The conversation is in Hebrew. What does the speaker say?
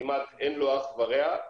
שכמעט אין לו אח ורע.